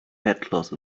headcloth